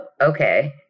okay